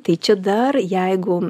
tai čia dar jeigu